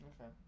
Okay